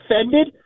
offended